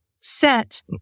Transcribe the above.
set